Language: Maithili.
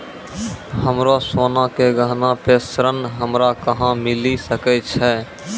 हमरो सोना के गहना पे ऋण हमरा कहां मिली सकै छै?